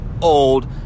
old